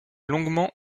longuement